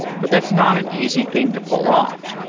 but that's not an easy thing to pull off,